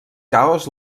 caos